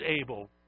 able